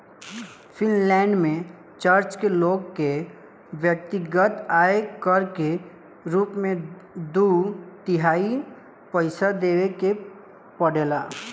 Finland में church के लोग के व्यक्तिगत आय कर के रूप में दू तिहाई पइसा देवे के पड़ेला